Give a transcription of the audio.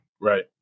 Right